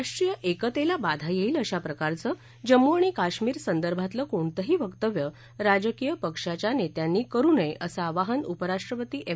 राष्ट्रीय एकतेला बाधा येईल अशा प्रकारचं जम्मू आणि काश्मीर संदर्भातलं कोणतंही वक्तव्य राजकीय पक्षाच्या नेत्यांनी करू नये असं आवाहन उपराष्ट्रपती एम